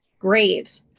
Great